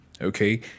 Okay